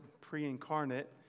pre-incarnate